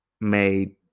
made